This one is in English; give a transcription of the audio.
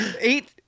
eight